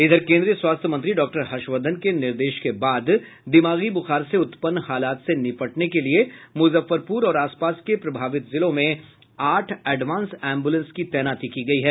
इधर केन्द्रीय स्वास्थ्य मंत्री डॉक्टर हर्षवर्द्वन के निर्देश के बाद दिमागी ब्रखार से उत्पन्न हालात से निपटने के लिये मुजफ्फरपुर और आसपास के प्रभावित जिलों में आठ एडवांस एम्बुलेंस की तैनाती की गयी है